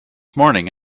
morning